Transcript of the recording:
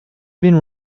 been